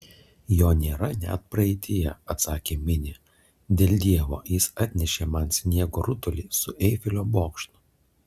jo nėra net praeityje atsakė minė dėl dievo jis atnešė man sniego rutulį su eifelio bokštu